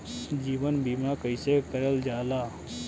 जीवन बीमा कईसे करल जाला?